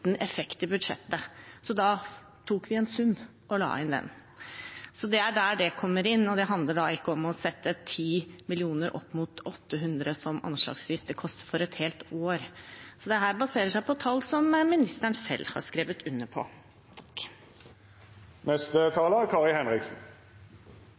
effekt i budsjettet. Vi tok en sum og la den inn. Det er der det kommer inn. Det handler ikke om å sette 10 mill. kr opp mot 800 mill. kr, som det anslagsvis vil koste et helt år. Dette baserer seg på tall som ministeren selv har skrevet under på.